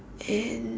and